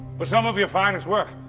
but some of your finest work,